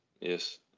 yes